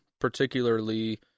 particularly